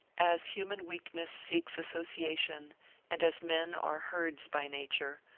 as human weakness seeks association and as men are herds by nature,